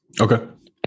Okay